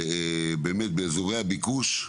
העסק עובד באזורי הביקוש,